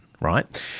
right